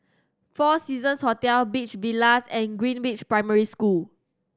Four Seasons Hotel Beach Villas and Greenridge Primary School